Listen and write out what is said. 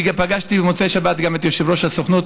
פגשתי במוצאי שבת גם את יושב-ראש הסוכנות,